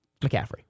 McCaffrey